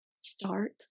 start